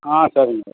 ஆ சரிங்க சார்